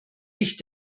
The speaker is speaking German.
sich